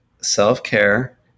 self-care